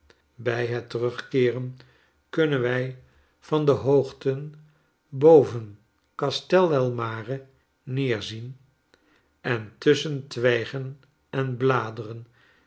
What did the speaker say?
bij het terugkeeren kunnen wij van de hoogten boven castela mar e nederzien en tusschen twijgen en bladeren